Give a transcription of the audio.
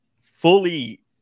fully